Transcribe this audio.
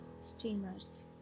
steamers